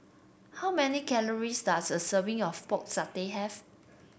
how many calories does a serving of Pork Satay have